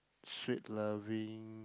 straight loving